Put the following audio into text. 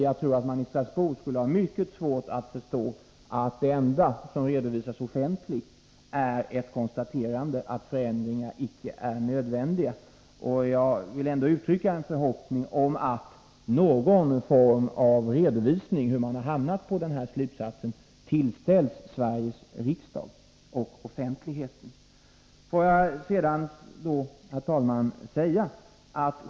Jag tror att man i Strasbourg skulle ha mycket svårt att förstå att det enda som redovisas offentligt är ett konstaterande av att förändringar icke är nödvändiga. Jag vill ändå uttrycka en förhoppning om att någon form av redovisning av hur man har hamnat på den här ståndpunkten tillställs Sveriges riksdag och offentligheten.